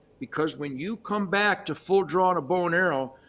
because when you come back to full drawing a bow and arrow,